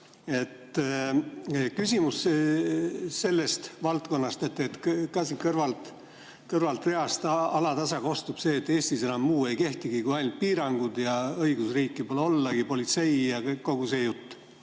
Küsimus sellest valdkonnast – ka siin kõrvaltreast alatasa kostub see –, et Eestis enam muu ei kehtigi kui ainult piirangud, õigusriiki pole ollagi, on politsei[riik] ja kogu see jutt.